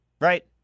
right